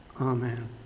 Amen